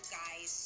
guys